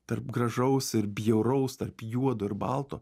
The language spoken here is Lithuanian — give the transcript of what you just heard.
tarp gražaus ir bjauraus tarp juodo ir balto